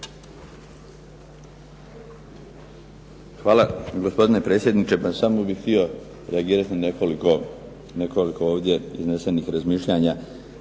Hvala gospodine predsjedniče. Samo bih htio reagirati na nekoliko ovdje iznesenih razmišljanja.